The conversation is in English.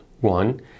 one